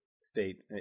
state